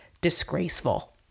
disgraceful